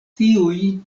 tiuj